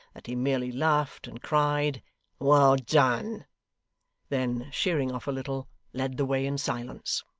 that he merely laughed, and cried well done then, sheering off a little, led the way in silence.